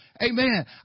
Amen